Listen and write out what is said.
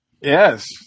Yes